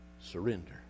surrender